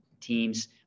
teams